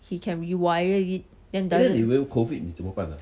he can rewire it then doe~